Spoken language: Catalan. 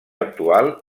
actual